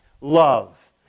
love